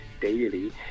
daily